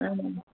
आहियूं